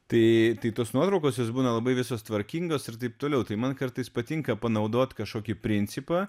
tai tai tos nuotraukos jis būna labai visos tvarkingos ir taip toliau tai man kartais patinka panaudot kažkokį principą